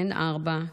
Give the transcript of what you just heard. בן ארבע,